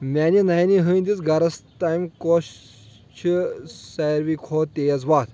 میانہِ نانہِ ہٕندِس گَرَس تٔمۍ کۄس چھِ ساروے کھۄتہٕ تیز وَتھ